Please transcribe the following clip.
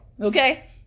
okay